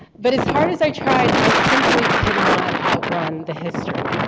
but as hard as i tried, i simply could not outrun the history.